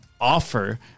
offer